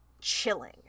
chilling